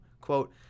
Quote